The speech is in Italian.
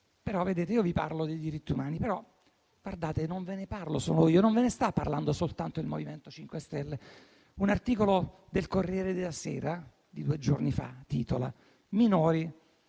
Però, vedete, io vi parlo dei diritti umani, ma non ne parlo solo io, non ve ne sta parlando soltanto il MoVimento 5 Stelle. Un articolo del «Corriere della Sera» di due giorni fa titola: «Minori